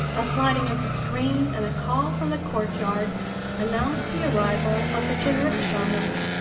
a sliding of the screen and a call from the court-yard announced the arrival of the jinrikisha men,